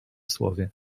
słowie